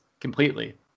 completely